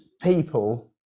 people